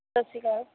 ਸਤਿ ਸ਼੍ਰੀ ਅਕਾਲ